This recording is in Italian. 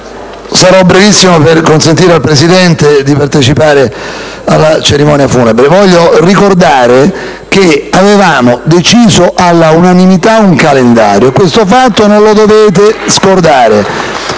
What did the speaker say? Sarò brevissimo, per consentire al Presidente di partecipare alla cerimonia funebre. Voglio ricordare che avevamo deciso all'unanimità un calendario. Questo fatto non lo dovete scordare.